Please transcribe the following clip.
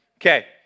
Okay